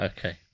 Okay